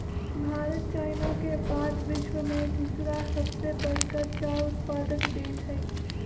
Bharat China के बाद विश्व में दूसरा सबसे बड़का चाय उत्पादक देश हई